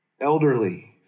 elderly